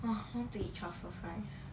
!wah! I want to eat truffle fries